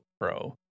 Pro